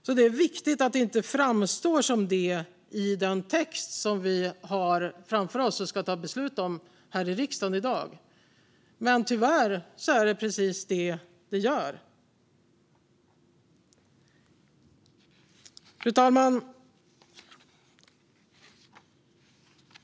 Det är alltså viktigt att det inte framstår som det i den text som vi har framför oss och som vi ska ta beslut om här i riksdagen i dag. Men tyvärr gör det precis det. Fru talman!